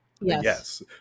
Yes